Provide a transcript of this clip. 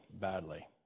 badly